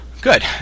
Good